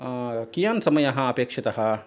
कियान् समयः अपेक्षितः